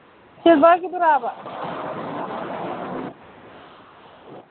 ꯁꯤꯜꯚꯔꯒꯤꯗꯨꯔꯥꯕ